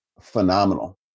phenomenal